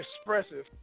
expressive